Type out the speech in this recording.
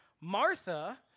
Martha